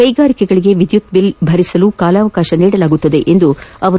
ಕೈಗಾರಿಕೆಗಳಿಗೆ ವಿದ್ಯುತ್ ಬಿಲ್ ಭರಿಸಲು ಕಾಲಾವಕಾಶ ನೀಡಲಾಗುವುದು ಎಂದರು